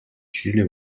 чили